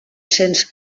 cents